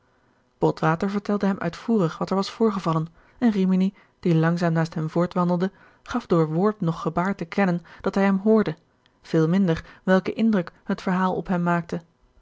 botwater vertelde hem uitvoerig wat er was voorgevallen en rimini die langzaam naast hem voortwandelde gaf door woord noch gebaar te kennen dat hij hem hoorde veel minder welken indruk het verhaal op hem maakte